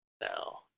No